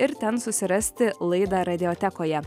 ir ten susirasti laidą radiotekoje